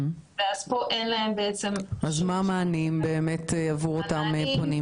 פה אין להם --- אז מה המענים עבור אותם פונים?